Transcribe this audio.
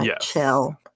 chill